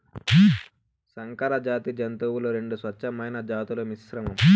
సంకరజాతి జంతువులు రెండు స్వచ్ఛమైన జాతుల మిశ్రమం